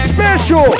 Special